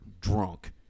drunk